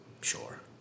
Sure